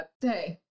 hey